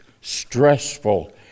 stressful